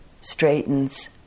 straightens